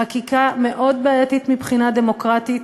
חקיקה מאוד בעייתית מבחינה דמוקרטית,